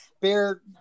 Bear